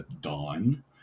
Dawn